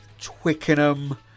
Twickenham